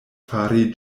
fari